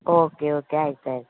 okay okay ಆಯ್ತು ಆಯ್ತು